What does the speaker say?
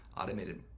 automated